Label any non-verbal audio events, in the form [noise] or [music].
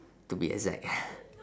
to be exact [breath]